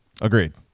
Agreed